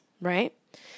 right